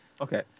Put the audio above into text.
Okay